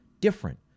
different